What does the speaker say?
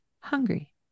hungry